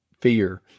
fear